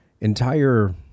entire